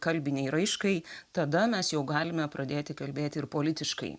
kalbinei raiškai tada mes jau galime pradėti kalbėti ir politiškai